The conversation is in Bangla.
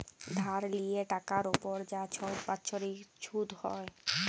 ধার লিয়ে টাকার উপর যা ছব বাচ্ছরিক ছুধ হ্যয়